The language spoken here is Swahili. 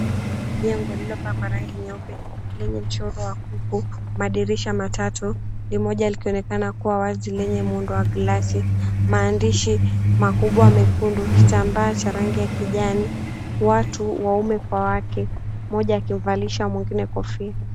Jengo lililopakwa rangi nyeupe, lenye mchoro wa kuku, madirisha matatu, limoja likionekana kuwa wazi, lenye muundo wa glasi, maandishi makubwa mekundu, kitambaa cha rangi ya kijani, watu wa kiume kwa wa kike, mmoja akimvalisha mwengine kofia.